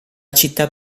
città